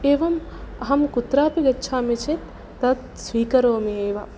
एवम् अहं कुत्रापि गच्छामि चेत् तत् स्वीकरोमि एव